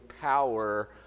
power